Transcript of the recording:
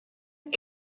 ate